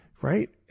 right